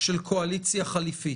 של קואליציה חליפית.